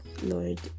lord